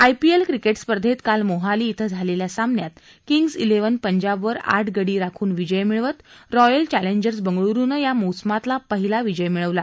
IPL cricket स्पर्धेत काल मोहाली श्री झालेल्या सामन्यात किंग्ज श्रीव्हन पंजाबवर आठ गडी राखून विजय मिळवत रॉयल चर्लिजर्स बंगळुरुनं या मोसमातला पहिला विजय मिळवला